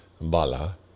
Bala